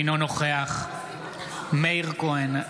אינו נוכח מאיר כהן,